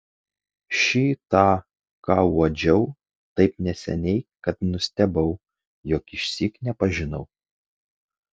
šį tą ką uodžiau taip neseniai kad nustebau jog išsyk nepažinau